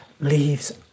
leaves